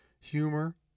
humor